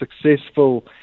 successful